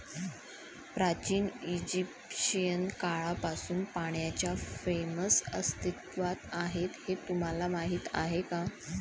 प्राचीन इजिप्शियन काळापासून पाण्याच्या फ्रेम्स अस्तित्वात आहेत हे तुम्हाला माहीत आहे का?